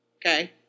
Okay